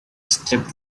stepped